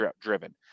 driven